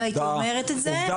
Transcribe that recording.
לא הייתי אומרת את זה.